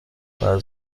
واز